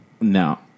no